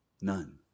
None